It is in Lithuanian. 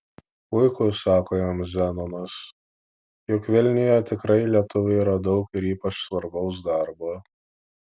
puiku sako jam zenonas juk vilniuje tikram lietuviui yra daug ir ypač svarbaus darbo